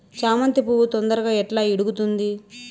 చామంతి పువ్వు తొందరగా ఎట్లా ఇడుగుతుంది?